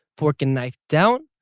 fork and knife down,